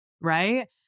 right